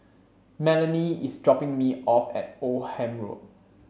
Melonie is dropping me off at Oldham Road